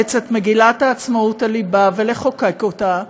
לאמץ את מגילת העצמאות אל ליבה, ולחוקק אותה,